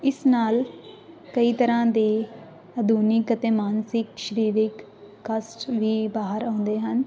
ਇਸ ਨਾਲ ਕਈ ਤਰ੍ਹਾਂ ਦੇ ਆਧੁਨਿਕ ਅਤੇ ਮਾਨਸਿਕ ਸਰੀਰਿਕ ਕਸ਼ਟ ਵੀ ਬਾਹਰ ਆਉਂਦੇ ਹਨ